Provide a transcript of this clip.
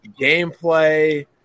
gameplay